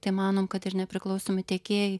tai manom kad ir nepriklausomi tiekėjai